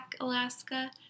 Alaska